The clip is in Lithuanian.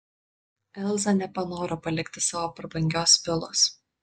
elza nepanoro palikti savo prabangios vilos